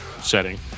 setting